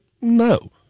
No